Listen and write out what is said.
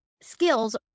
skills